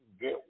Get